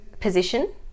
position